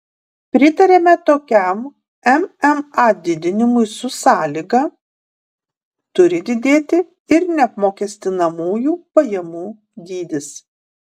pritariame tokiam mma didinimui su sąlyga turi didėti ir neapmokestinamųjų pajamų dydis